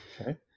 Okay